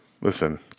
Listen